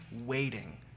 waiting